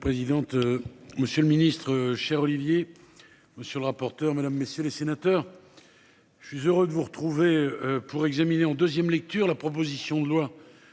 Madame la présidente. Monsieur le Ministre, cher Olivier. Monsieur le rapporteur, mesdames, messieurs les sénateurs. Je suis heureux de vous retrouver pour examiner en 2ème lecture la proposition de loi